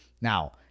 Now